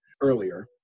earlier